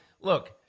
look